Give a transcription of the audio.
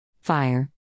Fire